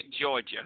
Georgia